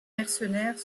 mercenaires